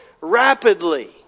rapidly